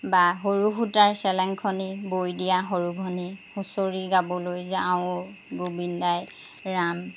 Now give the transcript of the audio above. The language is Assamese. বা সৰু সূতাৰ চেলেংখনি বৈ দিয়া সৰুভনী হুঁচৰি গাবলৈ যাওঁ ঔ গোবিন্দাই ৰাম